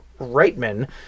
Reitman